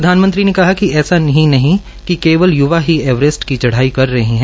प्रधानमंत्री ने कहा कि ऐसा ही नहीं कि केवल युवा ही एवरेस्ट की चढाई कर रहें